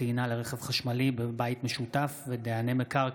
טעינה לרכב חשמלי בבית משותף ודייני מקרקעין),